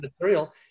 material